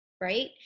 right